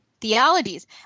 theologies